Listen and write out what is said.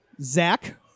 Zach